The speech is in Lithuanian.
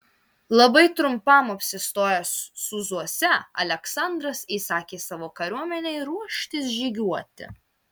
labai trumpam apsistojęs sūzuose aleksandras įsakė savo kariuomenei ruoštis žygiuoti